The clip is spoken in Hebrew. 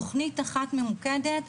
תוכנית אחת ממוקדת,